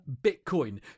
Bitcoin